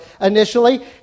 initially